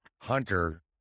Hunter